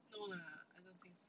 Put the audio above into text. no ah I don't think so